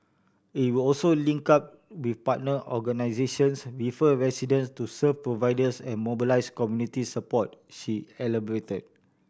it would also link up with partner organisations refer residents to service providers and mobilise community support she elaborated